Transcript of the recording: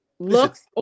Looks